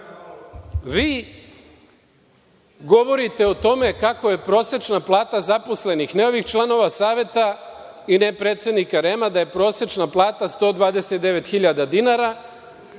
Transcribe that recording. vi. Vi govorite o tome kako je prosečna plata zaposlenih, ne ovih članova saveta i ne predsednika REM-a, da je prosečna plata 129.000 dinara,